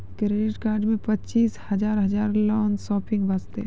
Credit card मे पचीस हजार हजार लोन शॉपिंग वस्ते?